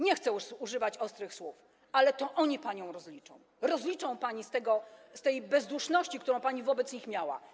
Nie chcę używać ostrych słów, ale to oni panią rozliczą, rozliczą panią z tego, z tej bezduszności, którą pani wobec nich miała.